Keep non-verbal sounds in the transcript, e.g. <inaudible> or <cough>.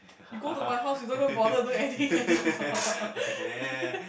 you go to my house you don't even bother to do anything anymore <laughs>